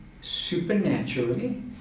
supernaturally